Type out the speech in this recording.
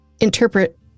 interpret